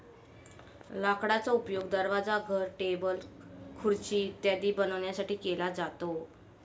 लाकडाचा उपयोग दरवाजा, घर, टेबल, खुर्ची इत्यादी बनवण्यासाठी केला जातो